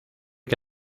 que